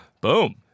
Boom